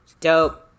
dope